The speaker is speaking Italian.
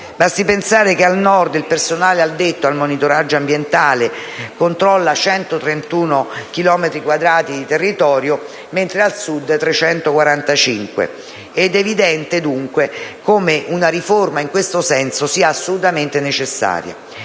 Basti pensare che al Nord, il personale addetto al monitoraggio ambientale controlla 131 chilometri quadrati di territorio, mentre al sud 345. È evidente, dunque, come una riforma in questo senso sia assolutamente necessaria.